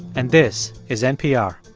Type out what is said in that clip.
and this is npr